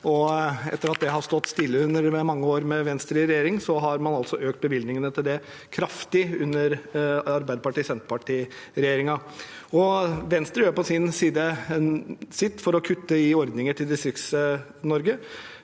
Og etter at det har stått stille under mange år med Venstre i regjering, har man altså økt bevilgningene til dette kraftig under Arbeiderparti– Senterparti-regjeringen. Venstre gjør på sin side sitt for å kutte i ordninger til Distrikts-Norge.